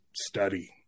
study